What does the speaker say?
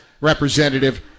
Representative